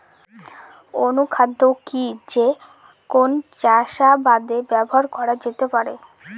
অনুখাদ্য কি যে কোন চাষাবাদে ব্যবহার করা যেতে পারে?